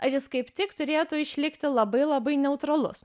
ar jis kaip tik turėtų išlikti labai labai neutralus